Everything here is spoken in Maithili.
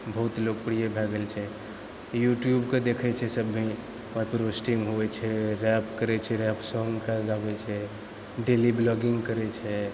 बहुत लोकप्रिय भए गेल छै यूट्यूबके देखैत छै सभी आओर पोस्टिङ्ग होइत छै रैप करैत छै रैप सॉङ्ग गाबैत छै डेली ब्लॉगिंग करैत छै